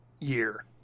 Year